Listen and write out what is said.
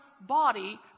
body